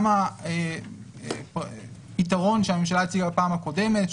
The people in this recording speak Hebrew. גם הפתרון שהממשלה הציעה בפעם הקודמת,